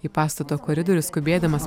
į pastato koridorius skubėdamas